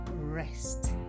rest